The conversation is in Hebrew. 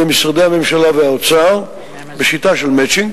משרדי הממשלה והאוצר בשיטה של "מצ'ינג",